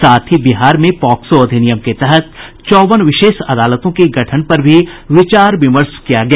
साथ ही बिहार में पॉक्सो अधिनियम के तहत चौवन विशेष अदालतों के गठन पर भी विचार विमर्श किया गया